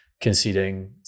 conceding